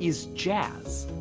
is jazz.